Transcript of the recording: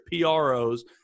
PROs